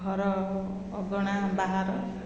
ଘର ଅଗଣା ବାହାର